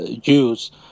Jews